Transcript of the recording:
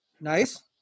nice